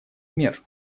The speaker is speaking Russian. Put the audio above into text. мер